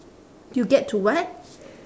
you get to what